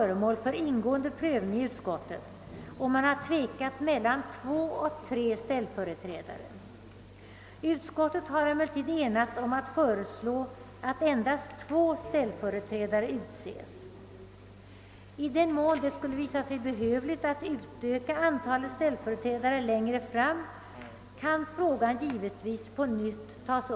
Reservanternas och de nämnda remissinstansernas förslag har inte utförts mer i detalj utan utgör principförslag.